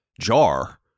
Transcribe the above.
jar